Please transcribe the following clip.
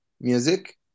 music